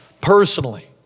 personally